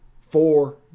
four